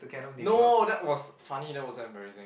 no that was funny that wasn't embarrassing